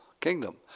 kingdom